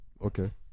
Okay